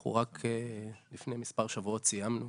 אנחנו רק לפני מספר שבועות סיימנו